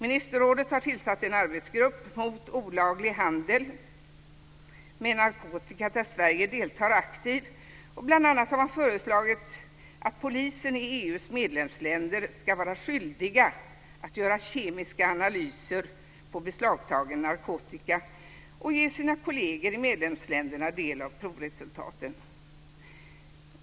Ministerrådet har tillsatt en arbetsgrupp mot olaglig handel med narkotika där Sverige deltar aktivt. Bl.a. har man föreslagit att polisen i EU:s medlemsländer ska vara skyldig att göra kemiska analyser på beslagtagen narkotika och ge sina kolleger i medlemsländerna del av provresultaten.